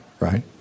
right